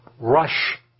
rush